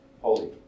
holy